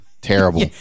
terrible